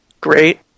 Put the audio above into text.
Great